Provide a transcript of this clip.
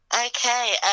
Okay